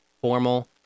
formal